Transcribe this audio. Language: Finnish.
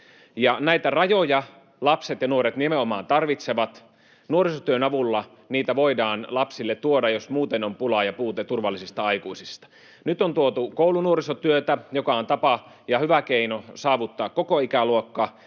Näitä rajoja lapset ja nuoret nimenomaan tarvitsevat. Nuorisotyön avulla niitä voidaan lapsille tuoda, jos muuten on pula ja puute turvallisista aikuisista. Nyt on tuotu koulunuorisotyötä, joka on tapa ja hyvä keino saavuttaa koko ikäluokka